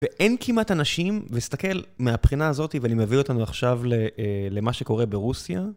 ואין כמעט אנשים, וסתכל, מהבחינה הזאתי ואני מביא אותנו עכשיו למה שקורה ברוסיה.